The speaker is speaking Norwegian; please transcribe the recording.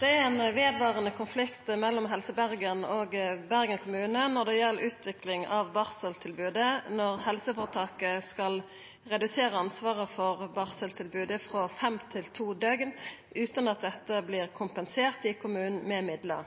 er ein vedvarande konflikt mellom Helse Bergen og Bergen kommune når det gjeld utvikling av barseltilbodet når helseføretaket skal redusere ansvaret for barseltilbodet frå fem til to døgn, utan at dette blir kompensert i kommunen med midlar.